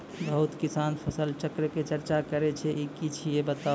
बहुत किसान फसल चक्रक चर्चा करै छै ई की छियै बताऊ?